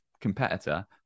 competitor